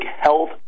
health